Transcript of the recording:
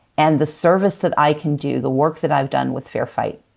and the service that i can do, the work that i've done with fair fight,